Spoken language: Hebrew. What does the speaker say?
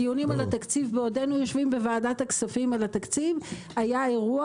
בדיונים על התקציב בעודנו יושבים בוועדת הכספים על התקציב היה אירוע